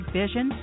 vision